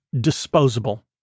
disposable